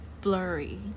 blurry